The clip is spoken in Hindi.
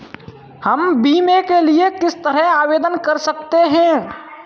हम बीमे के लिए किस तरह आवेदन कर सकते हैं?